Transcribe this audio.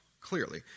Clearly